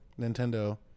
Nintendo